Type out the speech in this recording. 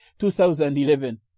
2011